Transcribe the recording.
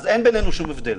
אין בינינו שום הבדל.